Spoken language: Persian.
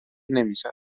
نمیزدم